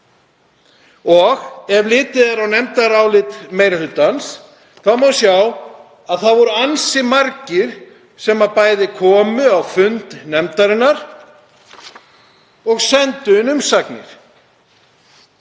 Ef litið er á nefndarálit meiri hlutans má sjá að það voru ansi margir sem komu á fund nefndarinnar og sendu inn umsagnir.